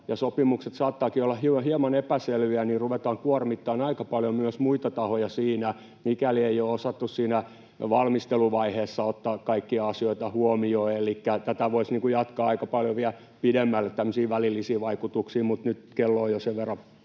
sopimukset saattavatkin olla hieman epäselviä, niin ruvetaan kuormittamaan aika paljon myös muita tahoja siinä, mikäli ei ole osattu siinä valmisteluvaiheessa ottaa kaikkia asioita huomioon. Elikkä tätä voisi jatkaa vielä aika paljon pidemmälle tämmöisiin välillisiin vaikutuksiin, mutta nyt kello on jo sen verran